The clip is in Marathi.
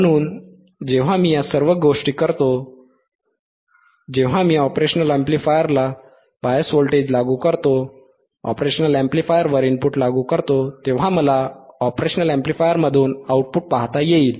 म्हणून जेव्हा मी या सर्व गोष्टी करतो जेव्हा मी ऑपरेशन अॅम्प्लिफायरवर बायस व्होल्टेज लागू करतो op amp वर इनपुट लागू करतो तेव्हा मला ऑपरेशन अॅम्प्लिफायरमधून आउटपुट पाहता येईल